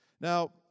Now